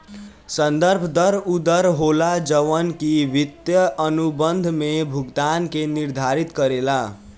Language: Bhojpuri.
संदर्भ दर उ दर होला जवन की वित्तीय अनुबंध में भुगतान के निर्धारित करेला